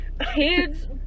kids